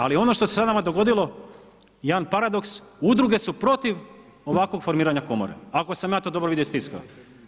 Ali ono što se sada nama dogodilo jedan paradoks udruge su protiv ovakvog formiranja komore, ako sam ja to dobro vidio iz tiska.